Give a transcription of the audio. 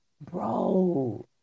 bro